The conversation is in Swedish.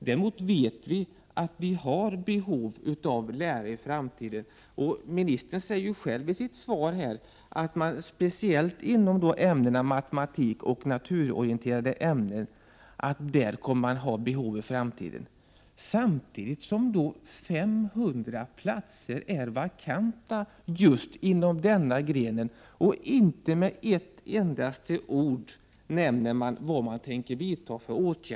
Däremot vet vi att det finns ett behov av lärare i framtiden. Ministern säger själv i sitt svar att man speciellt beträffande ämnena matematik och naturorienterande ämnen kommer att ha ett behov i framtiden. Samtidigt är 500 platser vakanta just inom den här grenen. Men inte ett enda ord nämns om vilka åtgärder man tänker vidta.